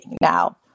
Now